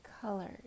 colors